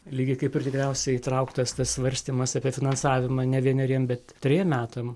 lygiai kaip ir tikriausiai įtrauktas tas svarstymas apie finansavimą ne vieneriem bet trejiem metam